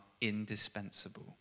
indispensable